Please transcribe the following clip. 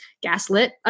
gaslit